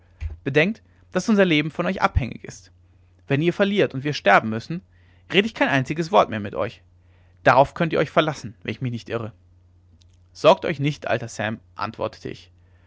bedenkt daß unser leben von euch abhängig ist wenn ihr verliert und wir sterben müssen rede ich kein einziges wort mehr mit euch darauf könnt ihr euch verlassen wenn ich mich nicht irre sorgt euch nicht alter sam antwortete ich